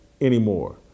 anymore